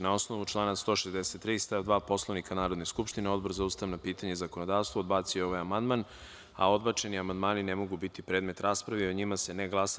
Na član 163. stav 2. Poslovnika Narodne skupštine, Odbor za ustavna pitanja i zakonodavstvo odbacio je ovaj amandman, a odbačeni amandmani ne mogu biti predmet rasprave i o njima se ne glasa.